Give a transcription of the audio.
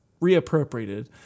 reappropriated